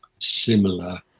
similar